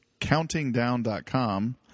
CountingDown.com